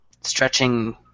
stretching